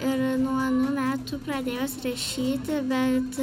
ir nuo anų metų pradėjus rašyti bet